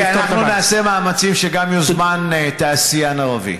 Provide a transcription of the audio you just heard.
אוקיי, אנחנו נעשה מאמצים שגם יוזמן תעשיין ערבי.